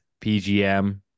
PGM